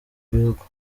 bihugu